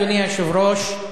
אדוני היושב-ראש,